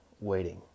waiting